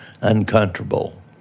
uncomfortable